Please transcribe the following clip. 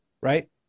right